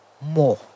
more